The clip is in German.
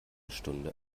stunde